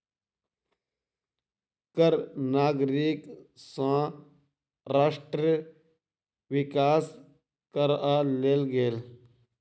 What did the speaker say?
कर नागरिक सँ राष्ट्र विकास करअ लेल गेल